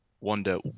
wonder